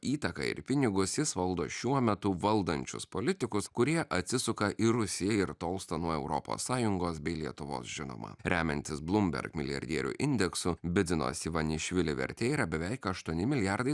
įtaką ir pinigus jis valdo šiuo metu valdančius politikus kurie atsisuka į rusiją ir tolsta nuo europos sąjungos bei lietuvos žinoma remiantis bloomberg milijardierių indeksu bidzinos ivanišvilio vertė yra beveik aštuoni milijardai